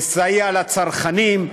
לסייע לצרכנים,